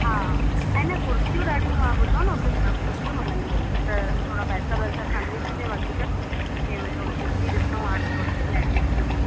हा ऐं न कुर्तियूं ॾाढियूं मां ॿुधो आहे न उते जामु सुठियूं मिलंदियूं आहिनि त थोरा पैसा वैसा खणणो थी जीअं वधीक जीअं भई थोरो कुर्तियूं ॾिसूं हाणे थोरी लेटेस्ट